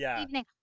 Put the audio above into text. evening